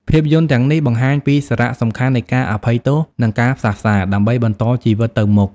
ភាពយន្តទាំងនេះបង្ហាញពីសារៈសំខាន់នៃការអភ័យទោស និងការផ្សះផ្សា ដើម្បីបន្តជីវិតទៅមុខ។